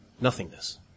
nothingness